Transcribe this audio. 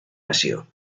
passió